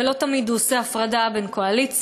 ולא תמיד הוא עושה הפרדה בין קואליציה